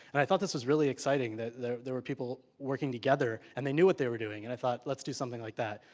and i thought this was really exciting. that there there were people working together and they knew what they were doing. and i thought, let's do something like that.